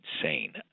insane